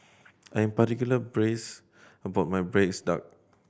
I am particular about my braised duck